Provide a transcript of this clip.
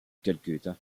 calcutta